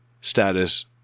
Status